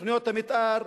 תוכניות המיתאר,